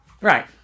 Right